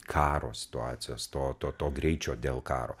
karo situacijos to to to greičio dėl karo